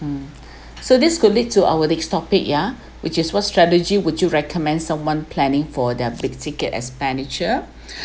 mm so this could lead to our next topic yeah which is what strategy would you recommend someone planning for their big ticket expenditure